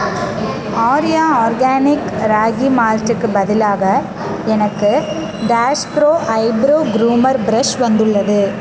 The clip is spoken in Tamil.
ஆர்யா ஆர்கானிக் ராகி மால்ட்டுக்கு பதிலாக எனக்கு dash pro eyebrow groomer brush வந்துள்ளது